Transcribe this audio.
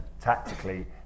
tactically